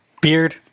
beard